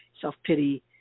self-pity